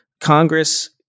Congress